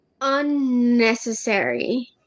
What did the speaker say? unnecessary